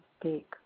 speak